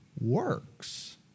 works